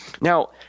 Now